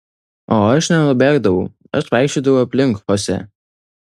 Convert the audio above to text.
o aš nenubėgdavau aš vaikščiodavau aplink chosė